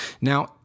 Now